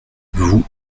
vous